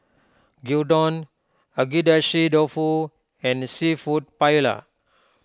Gyudon Agedashi Dofu and Seafood Paella